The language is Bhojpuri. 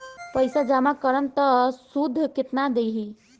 पैसा जमा करम त शुध कितना देही?